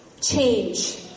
change